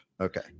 Okay